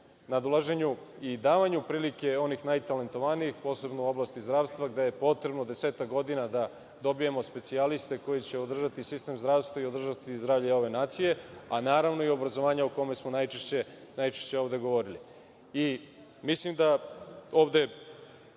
nalaženju i davanju prilika onim najtalentovanijim posebno u oblasti zdravstva, gde je potrebno desetak godina da dobijemo specijaliste koji će održati sistem zdravstva i održati zdravlje ove nacije, a naravno i obrazovanja, o kome smo najčešće ovde govorili. Očekujem odgovor